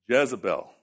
Jezebel